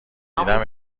دیدم